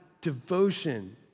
devotion